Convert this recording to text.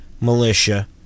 militia